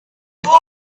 boy